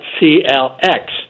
CLX